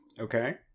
Okay